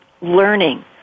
learning